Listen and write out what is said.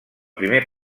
primer